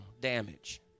damage